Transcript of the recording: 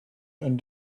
and